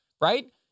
Right